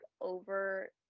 over